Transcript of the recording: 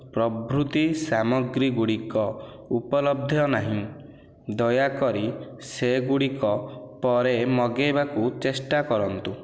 ପ୍ରଭୃତି ସାମଗ୍ରୀଗୁଡ଼ିକ ଉପଲବ୍ଧ ନାହିଁ ଦୟାକରି ସେଗୁଡ଼ିକ ପରେ ମଗାଇବାକୁ ଚେଷ୍ଟା କରନ୍ତୁ